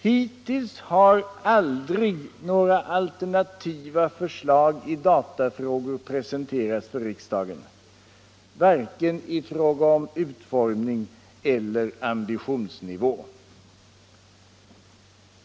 Hittills har aldrig några alternativa förslag i datafrågor presenterats för riksdagen i fråga om vare sig utformning eller ambitionsnivå.